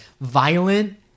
Violent